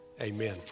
amen